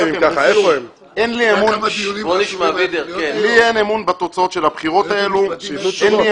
לי אין אמון בתוצאות של הבחירות האלו.